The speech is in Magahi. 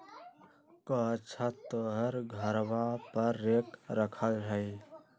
कअच्छा तोहर घरवा पर रेक रखल हई?